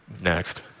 next